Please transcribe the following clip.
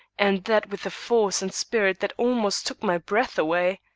and that with a force and spirit that almost took my breath away.